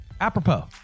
Apropos